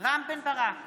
רם בן ברק,